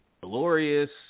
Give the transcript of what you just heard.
glorious